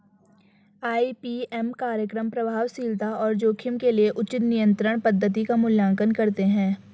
IPM कार्यक्रम प्रभावशीलता और जोखिम के लिए उचित नियंत्रण पद्धति का मूल्यांकन करते हैं